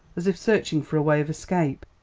as if searching for a way of escape.